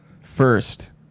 First